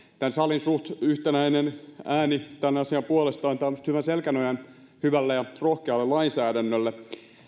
tämän salin suht yhtenäinen ääni tämän asian puolesta antaa minusta hyvän selkänojan hyvälle ja rohkealle lainsäädännölle